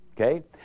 Okay